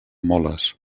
moles